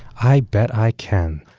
i bet i can.